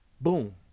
boom